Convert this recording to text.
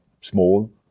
small